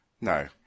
no